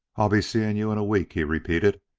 i'll be seeing you in a week, he repeated.